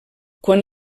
quan